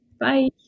Bye